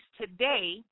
today